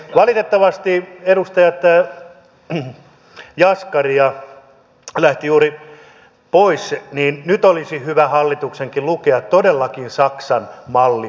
valitettavasti edustaja jaskari lähti juuri pois nyt olisi hyvä hallituksenkin lukea todellakin saksan malli paikallisesta sopimisesta